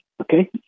Okay